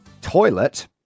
Toilet